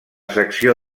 secció